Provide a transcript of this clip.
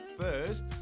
first